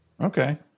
Okay